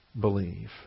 believe